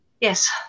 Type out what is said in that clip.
yes